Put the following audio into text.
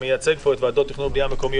כמייצג פה את ועדות התכנון והבנייה המקומיות.